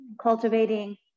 cultivating